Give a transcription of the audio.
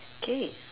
okay